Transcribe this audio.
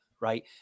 Right